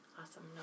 Awesome